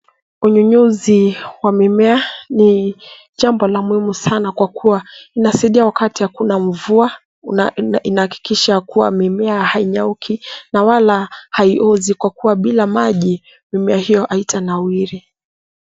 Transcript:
Unyunyuzi wa mimea ni jambo la muhimu sana kwa kuwa inasaidia wakati hakuna mvua. Inahakikisha kuwa mimea hainyauki na wala haiozi kwa kuwa bila maji mimea hiyo haitanawiri.